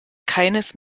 keines